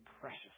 precious